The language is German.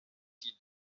die